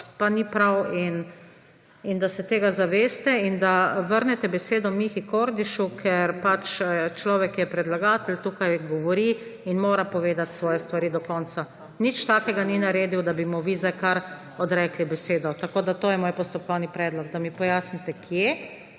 pa ni prav. In da se tega zaveste in da vrnete besedo Mihi Kordišu, ker pač človek je predlagatelj, tukaj govori in mora povedati svoje stvari do konca. Nič takega ni naredil, da bi mu vi zdaj kar odrekli besedo. To je moj postopkovni predlog, da mi pojasnite, kje